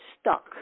stuck